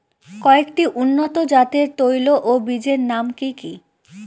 কয়েকটি উন্নত জাতের তৈল ও বীজের নাম কি কি?